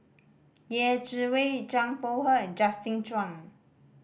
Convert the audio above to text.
Yeh Chi Wei Zhang Bohe and Justin Zhuang